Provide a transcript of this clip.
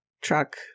truck